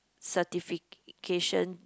certification